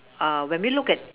err when we look at